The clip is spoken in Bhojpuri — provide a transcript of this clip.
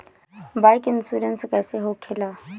बाईक इन्शुरन्स कैसे होखे ला?